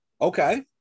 Okay